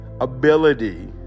ability